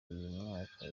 mwaka